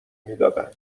میدادن